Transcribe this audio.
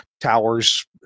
towers